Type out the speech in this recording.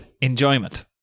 Enjoyment